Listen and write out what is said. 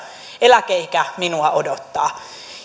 eläkeikä minua odottaa